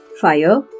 fire